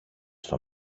στο